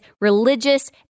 religious